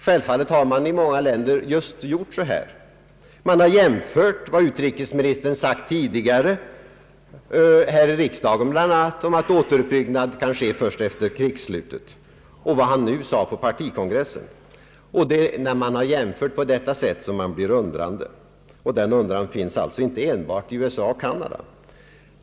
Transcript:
Självfallet har man i många länder just gjort så: man har jämfört vad utrikesministern tidigare sagt, bl.a. här i riksdagen, om att återuppbyggnad i Vietnam kan ske först efter krigsslutet med vad han nu sade på partikongressen. Det är, när man jämfört på detta sätt, som man blivit undrande, och denna undran finns inte enbart i USA och Canada.